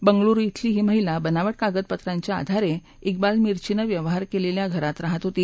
बंगळूरू इथली ही महिला बनावट कागदपत्रांच्या आधारे इक्बाल मिर्चिने व्यवहार केलेल्या घरात रहात होती